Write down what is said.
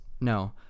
no